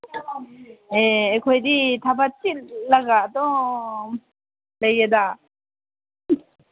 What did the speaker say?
ꯑꯦ ꯑꯩꯈꯣꯏꯗꯤ ꯊꯕꯛ ꯆꯤꯜꯂꯒ ꯑꯗꯨꯝ ꯂꯩꯑꯦꯗ